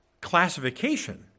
classification